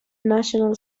national